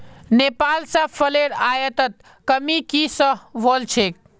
नेपाल स फलेर आयातत कमी की स वल छेक